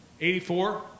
84